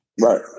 right